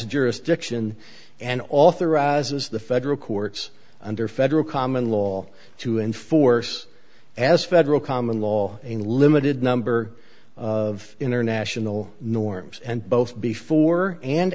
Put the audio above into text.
jurisdiction and authorizes the federal courts under federal common law to enforce as federal common law a limited number of international norms and both before and